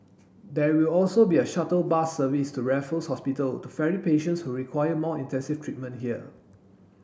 there will also be a shuttle bus service to Raffles Hospital to ferry patients who require more intensive treatment there